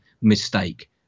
mistake